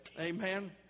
Amen